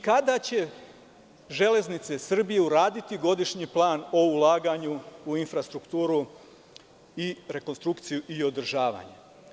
Kada će „Železnice Srbije“ uraditi godišnji plan o ulaganju u infrastrukturu i rekonstrukciju i održavanje?